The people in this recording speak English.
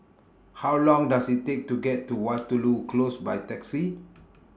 How Long Does IT Take to get to Waterloo Close By Taxi